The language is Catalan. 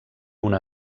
una